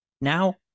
now